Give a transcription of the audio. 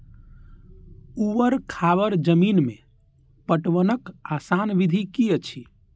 ऊवर खावर जमीन में पटवनक आसान विधि की अछि?